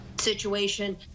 situation